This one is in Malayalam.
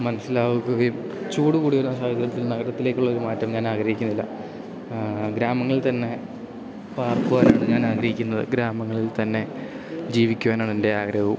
മനസ്സിലാക്കുകയും ചൂടു കൂടിയൊരു ആ സാഹര്യത്തിൽ നഗരത്തിലേക്കുള്ളൊരു മാറ്റം ഞാൻ ആഗ്രഹിക്കുന്നില്ല ഗ്രാമങ്ങളിൽത്തന്നെ പാർക്കുവാനാണ് ഞാൻ ആഗ്രഹിക്കുന്നത് ഗ്രാമങ്ങളിൽത്തന്നെ ജീവിക്കുവാനാണെൻ്റെ ആഗ്രഹവും